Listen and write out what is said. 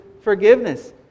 forgiveness